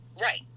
Right